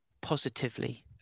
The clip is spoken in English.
positively